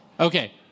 Okay